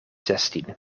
zestien